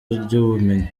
ry’ubumenyi